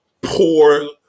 poor